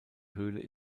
höhle